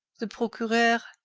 the procureur,